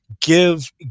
Give